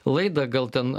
laidą gal ten